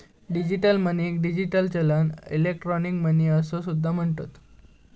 digital मनीक digital चलन, electronic money असो सुद्धा म्हणतत